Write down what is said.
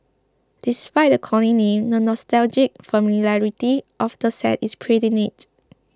despite the corny name the nostalgic familiarity of the set is pretty neat